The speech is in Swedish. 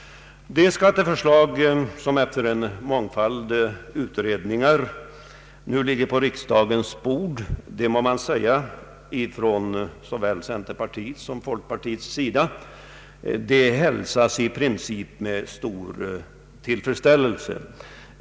Det skatteförslag som efter en mångfald utredningar nu ligger på riksdagens bord hälsas från centerpartiet och folkpartiet i princip med stor tillfredsställelse.